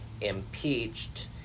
impeached